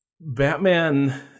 Batman